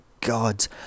god